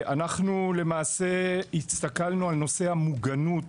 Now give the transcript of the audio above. למעשה, אנחנו הסתכלנו על נושא המוגנות